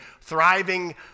thriving